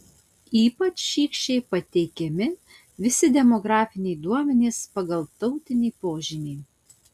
ypač šykščiai pateikiami visi demografiniai duomenys pagal tautinį požymį